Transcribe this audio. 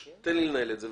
תן לי לנהל את הדיון.